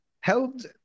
held